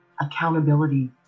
Accountability